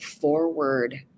forward